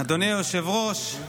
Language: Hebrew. אדוני היושב-ראש,